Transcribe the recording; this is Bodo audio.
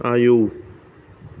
आयौ